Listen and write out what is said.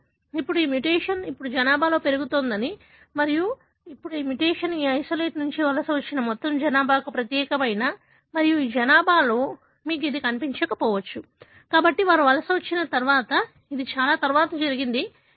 ఇప్పుడు ఈ మ్యుటేషన్ ఇప్పుడు జనాభాలో పెరుగుతోందని మరియు ఇప్పుడు ఈ మ్యుటేషన్ ఈ ఐసోలేట్ నుండి వలస వచ్చిన మొత్తం జనాభాకు ప్రత్యేకమైనది మరియు ఈ జనాభాలో మీకు ఇది కనిపించకపోవచ్చు కాబట్టి వారు వలస వచ్చిన తర్వాత ఇది చాలా తరువాత జరిగింది ప్రధాన భూమి